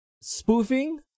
Spoofing